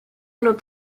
nur